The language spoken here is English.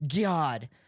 god